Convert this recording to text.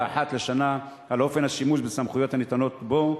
אחת לשנה על אופן השימוש בסמכויות הניתנות בו.